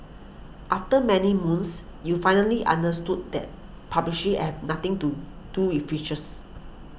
after many moons you finally understood that pub she have nothing to do with features